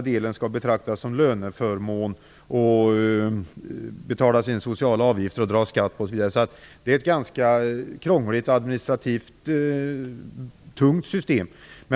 del skall betraktas som löneförmån på vilken det skall betalas in sociala avgifter och dras skatt. Det är alltså ett ganska krångligt och administrativt tungt system.